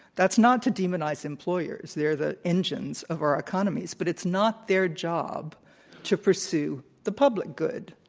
that's not to demonize employers. they're the engines of our economies. but it's not their job to pursue the public good,